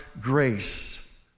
grace